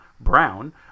Brown